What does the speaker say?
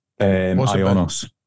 Ionos